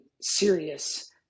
serious